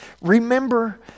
Remember